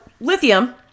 lithium